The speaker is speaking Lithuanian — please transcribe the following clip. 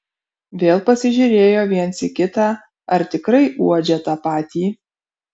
vėl pasižiūrėjo viens į kitą ar tikrai uodžia tą patį